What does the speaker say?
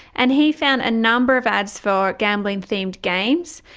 and he found a number of ads for gambling themed games,